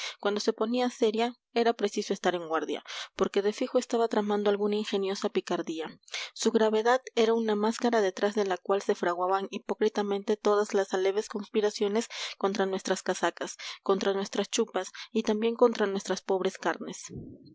cuando se ponía seria era preciso estar en guardia porque de fijo estaba tramando alguna ingeniosa picardía su gravedad era una máscara detrás de la cual se fraguaban hipócritamente todas las aleves conspiraciones contra nuestras casacas contra nuestras chupas y también contra nuestras pobres carnes